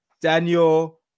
Daniel